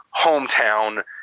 hometown